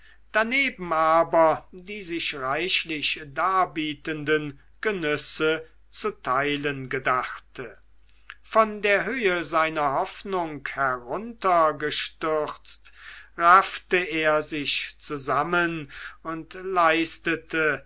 daneben aber die sich reichlich darbietenden genüsse zu teilen gedachte von der höhe seiner hoffnungen heruntergestürzt raffte er sich zusammen und leistete